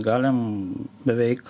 galim beveik